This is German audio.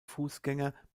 fußgänger